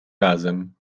razem